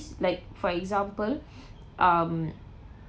like for example um